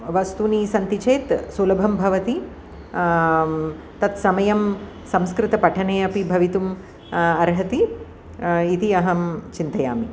वस्तूनि सन्ति चेत् सुलभं भवति तत् समयं संस्कृतपठने अपि भवितुं अर्हति इति अहं चिन्तयामि